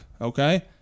okay